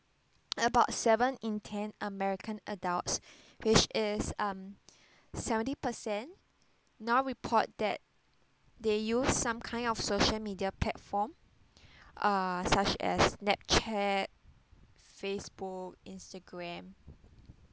about seven in ten american adults which is um seventy percent now report that they use some kind of social media platform uh such as Snapchat Facebook Instagram